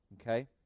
Okay